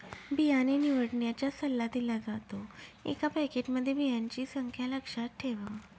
बियाणे निवडण्याचा सल्ला दिला जातो, एका पॅकेटमध्ये बियांची संख्या लक्षात ठेवा